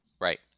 Right